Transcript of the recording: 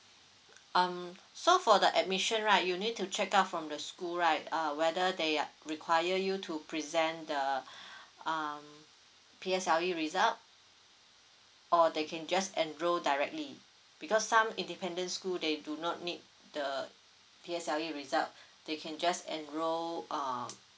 um so for the admission right you need to check out from the school right uh whether they're require you to present the um P_S_L_E result or they can just enroll directly because some independent school they do not need the P_S_L_E result they can just enroll uh